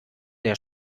der